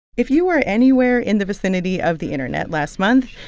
if you were anywhere in the vicinity of the internet last month,